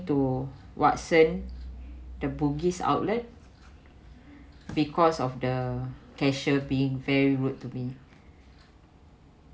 to watson the bugis outlet because of the cashier being very rude to me